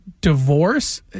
divorce